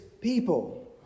people